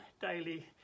Daily